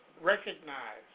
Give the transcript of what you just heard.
recognize